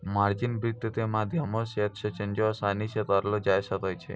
margin वित्त के माध्यमो से एक्सचेंजो असानी से करलो जाय सकै छै